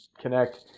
connect